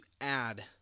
add